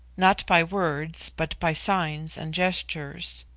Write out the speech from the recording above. not by words, but by signs and gestures.